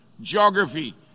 geography